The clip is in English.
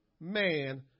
man